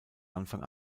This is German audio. anfang